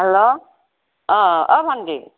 hello অ অ ভণ্টি